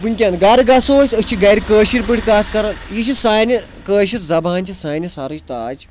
وٕنۍکٮ۪ن گَرٕ گژھو أسۍ أسۍ چھِ گَرِ کٲشِر پٲٹھۍ کَتھ کَرو یہِ چھِ سانہِ کٲشِر زبان چھِ سانہِ سرٕچ تاج